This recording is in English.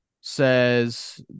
says